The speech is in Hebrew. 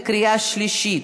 בקריאה שלישית.